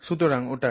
সুতরাং ওটা কি